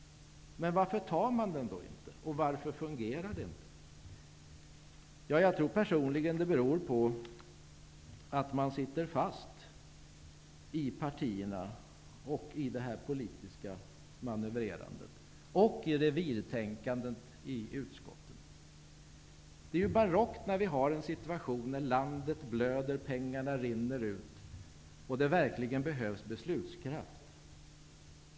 Men varför tar man den inte, och varför fungerar det inte? Jag tror personligen att det beror på att man i partierna sitter fast i det politiska manövrerandet och i revirtänkandet i utskotten. Det är barockt när vi har en situation där landet blöder, pengarna rinner ut och det verkligen behövs beslutskraft.